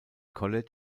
college